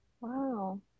Wow